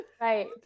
Right